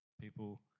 people